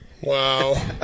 Wow